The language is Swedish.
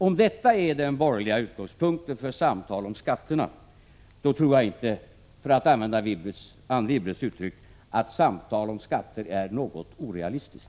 Om detta är den borgerliga utgångspunkten för samtal om skatterna, då tror jag — för att använda Anne Wibbles uttryck — att samtal om skatter är något orealistiska.